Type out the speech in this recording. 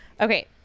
Okay